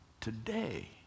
Today